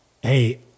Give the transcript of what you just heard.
hey